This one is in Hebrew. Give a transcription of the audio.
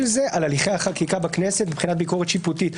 זה על הליכי החקיקה בכנסת מבחינת ביקורת שיפוטית.